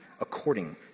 according